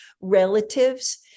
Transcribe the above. relatives